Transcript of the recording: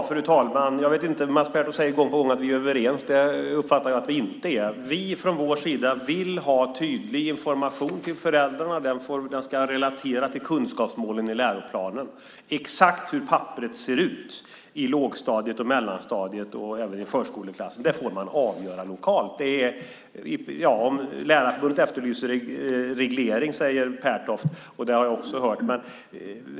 Fru talman! Mats Pertoft säger gång på gång att vi är överens. Jag uppfattar att vi inte är det. Vi vill från vår sida ha tydlig information till föräldrarna, och den ska relateras till kunskapsmålen i läroplanen. Exakt hur papperet ser ut i lågstadiet, mellanstadiet och förskoleklassen får man avgöra lokalt. Lärarförbundet efterlyser reglering, säger Pertoft. Det har jag också hört.